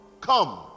come